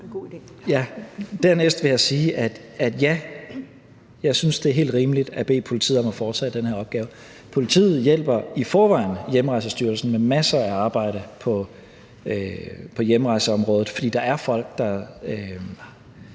Dernæst vil jeg sige, at ja, jeg synes, det er helt rimeligt at bede politiet om at foretage den her opgave. Politiet hjælper i forvejen Hjemrejsestyrelsen med masser af arbejde på hjemrejseområdet, fordi der er folk, der